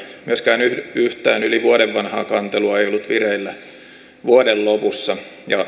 myöskään yhtään yli vuoden vanhaa kantelua ei ollut vireillä vuoden lopussa